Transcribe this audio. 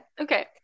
Okay